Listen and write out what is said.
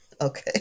okay